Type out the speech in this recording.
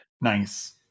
Nice